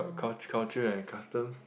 oh cul~ culture and customs